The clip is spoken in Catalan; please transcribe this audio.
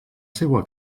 seua